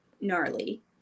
gnarly